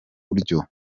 buryo